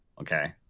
Okay